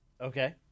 Okay